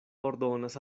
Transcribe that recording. ordonas